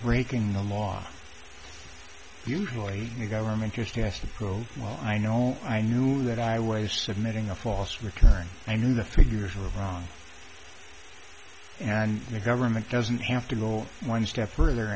breaking the law futilely the government just asked to go well i know i knew that i waive submitting a false return i knew the figures are wrong for and the government doesn't have to go one step further